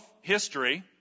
history